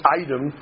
item